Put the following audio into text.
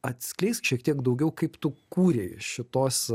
atskleisk šiek tiek daugiau kaip tu kūrei šitos